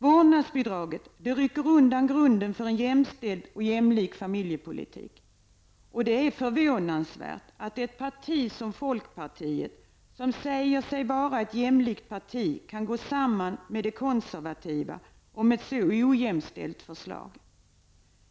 Vårdnadsbidraget rycker undan grunden för en jämställd och jämlik familjepolitik. Det är förvånansvärt att ett parti som folkpartiet som säger sig vara ett jämlikt parti, kan gå samman med de konservativa om ett så ojämställt förslag.